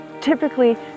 Typically